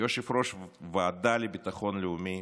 יושב-ראש הוועדה לביטחון לאומי,